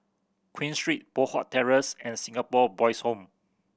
Queen Street Poh Huat Terrace and Singapore Boys' Home